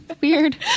weird